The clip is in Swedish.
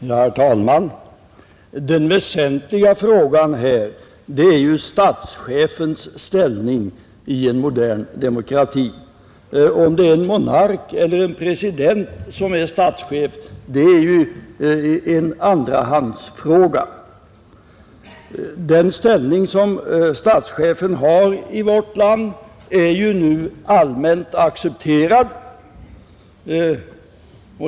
Herr talman! Den väsentliga frågan är ju statschefens ställning i en modern demokrati. Om en monark eller president är statschef är en andrahandsfråga. Den ställning som statschefen har i vårt land är nu allmänt accepterad.